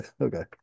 Okay